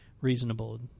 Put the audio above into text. reasonable –